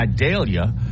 Idalia